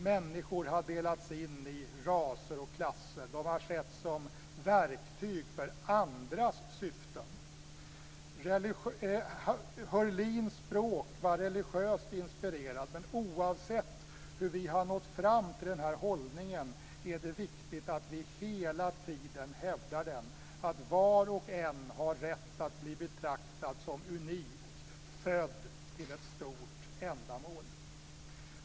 Människor har delats in i raser och klasser. De har setts som verktyg för andras syften. Heurlins språk var religiöst inspirerat men oavsett hur vi har nått fram till den här hållningen är det viktigt att vi hela tiden hävdar den: Var och en har rätt att bli betraktad som unik, född till ett stort ändamål.